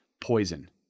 poison